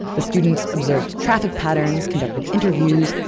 the students observed traffic patterns, conducted interviews,